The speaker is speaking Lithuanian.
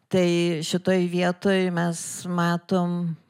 tai šitoj vietoj mes matom